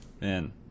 Man